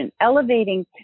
elevating